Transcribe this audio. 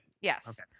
Yes